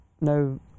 no